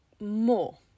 more